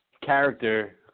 character